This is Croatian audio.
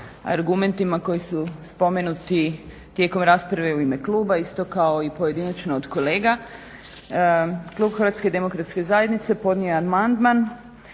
argumentima koji su spomenuti tijekom rasprave u ime kluba isto kao i pojedinačno od kolega. Klub Hrvatske